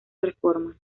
reforma